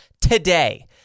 today